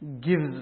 gives